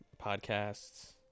podcasts